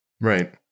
Right